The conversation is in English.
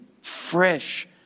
fresh